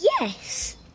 Yes